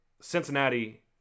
Cincinnati